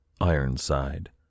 Ironside